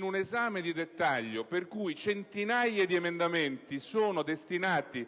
un esame di dettaglio di centinaia di emendamenti, destinati